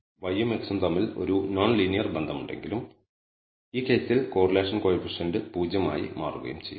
അതിനാൽ ഇവ പരസ്പരം കൃത്യമായി റദ്ദാക്കുകയും y ഉം x ഉം തമ്മിൽ ഒരു നോൺ ലീനിയർ ബന്ധമുണ്ടെങ്കിലും ഈ കേസിൽ കോറിലേഷൻ കോയിഫിഷ്യന്റ് 0 ആയി മാറുകയും ചെയ്യും